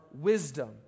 wisdom